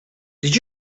did